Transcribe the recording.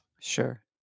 sure